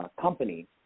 company